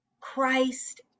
Christ